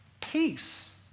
peace